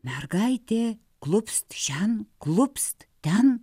mergaitė klūpsti šen klupst ten